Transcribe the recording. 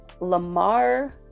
Lamar